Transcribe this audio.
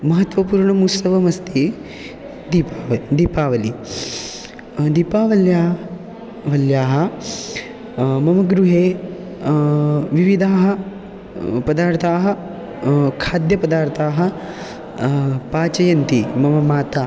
महत्त्वपूर्णम् उत्सवमस्ति दीपावलिः दीपावलिः दीपावल्याः वल्याः वल्याः मम गृहे विविधाः पदार्थाः खाद्यपदार्थाः पाचयन्ति मम माता